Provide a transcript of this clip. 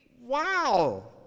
Wow